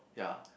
ya